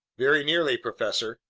very nearly, professor.